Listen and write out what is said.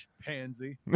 pansy